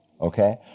Okay